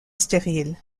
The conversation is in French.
stérile